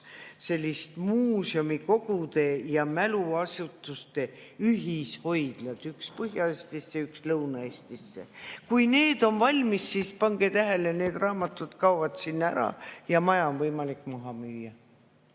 kaks muuseumikogude ja mäluasutuste ühishoidlat, üks Põhja-Eestisse, üks Lõuna-Eestisse. Kui need on valmis, siis, pange tähele, need raamatud kaovad sinna ära ja maja on võimalik maha müüa.